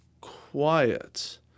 quiet